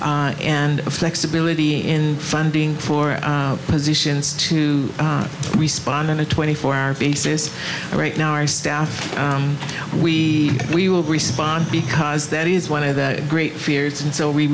and flexibility in funding for positions to respond in a twenty four hour basis right now our staff we we will respond because that is one of the great fears and so we